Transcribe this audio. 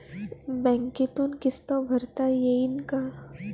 बँकेतून किस्त भरता येईन का?